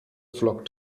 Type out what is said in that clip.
flock